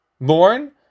born